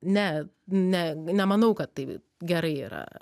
ne ne nemanau kad tai gerai yra